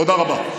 תודה רבה.